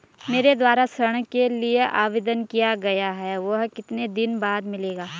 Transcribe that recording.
मेरे द्वारा ऋण के लिए आवेदन किया गया है वह कितने दिन बाद मिलेगा?